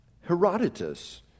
Herodotus